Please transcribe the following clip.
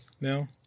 now